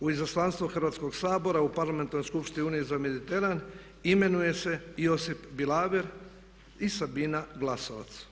U Izaslanstvo Hrvatskoga Sabora u Parlamentarnoj skupštini Unije za Mediteran imenuje se Josip Bilaver i Sabina Glasovac.